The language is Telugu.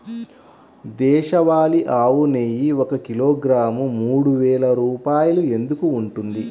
దేశవాళీ ఆవు నెయ్యి ఒక కిలోగ్రాము మూడు వేలు రూపాయలు ఎందుకు ఉంటుంది?